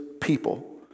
people